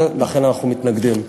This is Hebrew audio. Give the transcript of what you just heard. ולכן אנחנו מתנגדים.